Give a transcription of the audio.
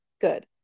good